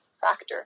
factor